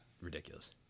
ridiculous